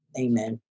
Amen